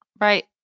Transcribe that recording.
Right